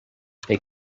they